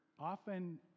Often